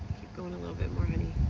going a little bit more honey.